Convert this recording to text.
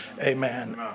Amen